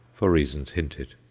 for reasons hinted.